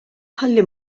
ħalli